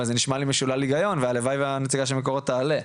אבל זה נשמע לי משולל היגיון והלוואי והנציגה של מקורות תעלה.